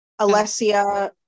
Alessia